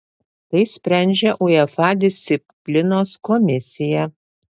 tai sprendžia uefa disciplinos komisija